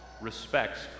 respects